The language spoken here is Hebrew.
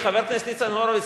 חבר הכנסת הורוביץ,